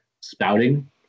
spouting